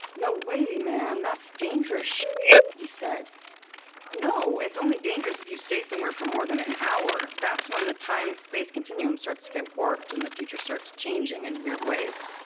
no way, man. that's dangerous he said no, it's only dangerous if you stay somewhere for more than an hour. that's when the time-space continuum starts get warped, and the future starts changing in and weird ways